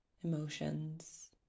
emotions